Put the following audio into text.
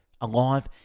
alive